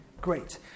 Great